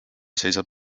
seisab